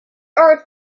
are